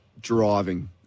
driving